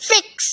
fix